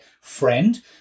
friend